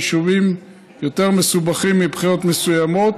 היישובים יותר מסובכים מבחינות מסוימות.